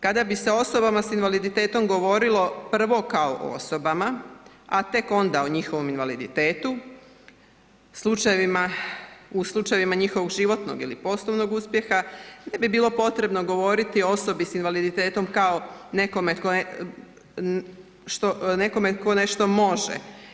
Kada bi se osobama s invaliditetom govorilo prvo kao o osobama, a tek onda o njihovom invaliditetu, u slučajevima njihovog životnog ili poslovnog uspjeha ne bi bilo potrebno govoriti o osobi s invaliditetom kao nekome tko nešto može.